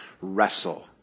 wrestle